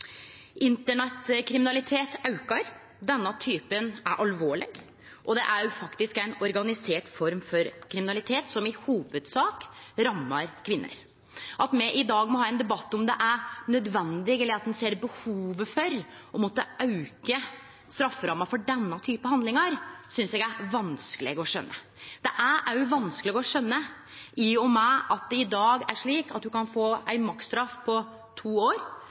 Internettkriminalitet aukar. Denne typen er alvorleg, og det er òg faktisk ei organisert form for kriminalitet, som i hovudsak rammar kvinner. At me i dag må ha ein debatt om det er nødvendig eller om ein ser behovet for å måtte auke strafferamma for denne typen handlingar, synest eg er vanskeleg å skjøne. Det er òg vanskeleg å skjøne i og med at det i dag er slik at ein kan få ei maksimumsstraff på to år